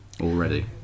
already